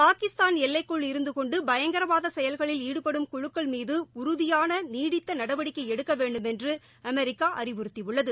பாகிஸ்தான் எல்லைக்குள் இருந்து கொண்டு பயங்கரவாத செயல்களில் ஈடுபடும் குழுக்கள் மீது உறுதியான நீடித்த நடவடிக்கை எடுக்க வேண்டுமென்று அமெரிக்கா அறிவறுத்தியுள்ளது